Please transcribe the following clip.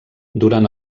durant